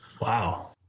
Wow